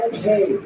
Okay